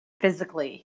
physically